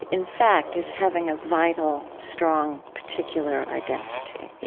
in fact, is having a vital, strong, particular identity.